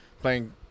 Playing